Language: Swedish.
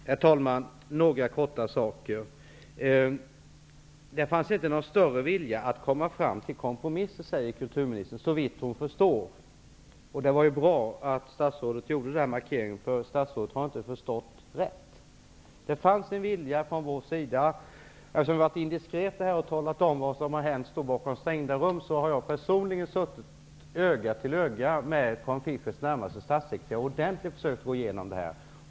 Herr talman! Det fanns inte någon större vilja att uppnå en kompromiss, säger kulturministern, såvitt hon förstår. Det var bra att statsrådet gjorde denna markering, för statsrådet har inte förstått rätt. Det fanns en vilja från vår sida. Eftersom vi har varit indiskreta här och talat om vad som hänt bakom stängda rum, kan jag berätta att jag personligen suttit öga mot öga med ministerns statssekreterare och ordentligt försökt gå igenom detta.